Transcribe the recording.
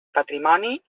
patrimoni